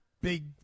big